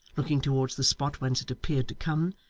looking towards the spot whence it appeared to come,